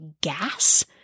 gas